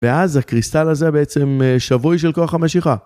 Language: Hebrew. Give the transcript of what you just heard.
ואז הקריסטל הזה בעצם שבוי של כוח המשיכה.